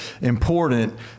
important